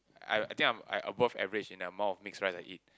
I I think I'm I above average in the amount of mixed rice I eat